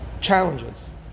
challenges